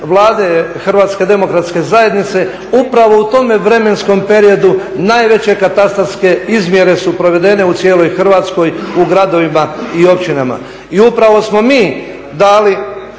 Vlade Hrvatske demokratske zajednice upravo u tome vremenskom periodu najveće katastarske izmjere su provedene u cijeloj Hrvatskoj, u gradovima i općinama. I upravo smo mi dali